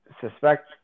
suspect